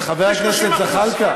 30%. חבר הכנסת זחאלקה,